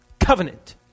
covenant